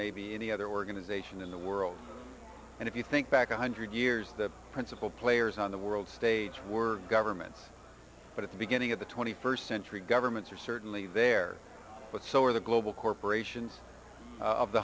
maybe any other organization in the world and if you think back a hundred years the principal players on the world stage were governments but at the beginning of the twenty first century governments are certainly there but so are the global corporations of the